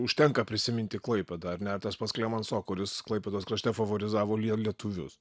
užtenka prisiminti klaipėdą ar ne tas pats klemenso kuris klaipėdos krašte favorizavo lietuvius